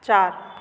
चारि